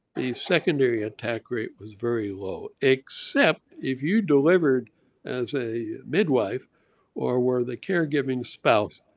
the secondary attack rate was very low, except if you delivered as a midwife or were the caregiving spouse,